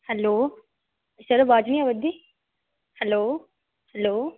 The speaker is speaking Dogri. हैलो सर वाज़ निं आवा दी हैलो हैलो